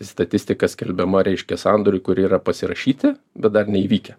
statistika skelbiama reiškia sandoriai kurie yra pasirašyti bet dar neįvykę